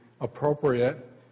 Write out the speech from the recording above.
appropriate